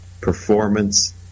performance